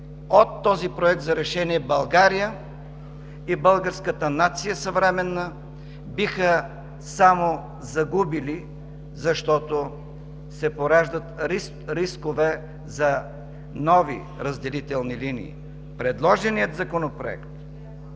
От този Проект за решение България и съвременната българска нация само биха загубили, защото се пораждат рискове за нови разделителни линии. Предложеният Законопроект